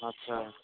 अच्छा